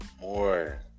More